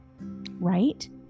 right